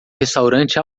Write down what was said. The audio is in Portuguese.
restaurante